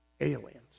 aliens